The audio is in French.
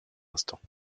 instants